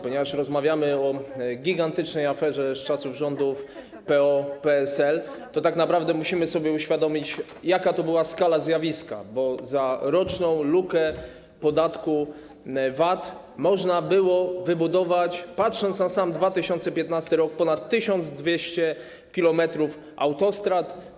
Ponieważ rozmawiamy o gigantycznej aferze z czasów rządów PO-PSL, to tak naprawdę musimy sobie uświadomić, jaka to była skala zjawiska: za roczną lukę podatku VAT można było wybudować, patrząc tylko na 2015 r., ponad 1200 km autostrad.